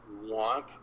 want